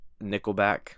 Nickelback